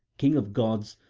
king of gods,